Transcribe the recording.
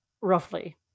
roughly